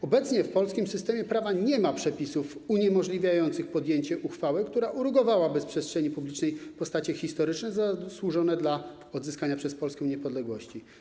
Obecnie w polskim systemie prawa nie ma przepisów uniemożliwiających podjęcie uchwały, która rugowałaby z przestrzeni publicznej postacie historyczne zasłużone dla odzyskania przez Polskę niepodległości.